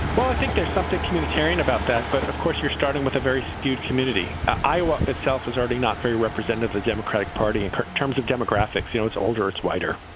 well, i think there's something communitarian about that. but of course, you're starting with a very skewed community. iowa itself is already not very representative, a democratic party in terms of demographics. you know it's older. it's whiter.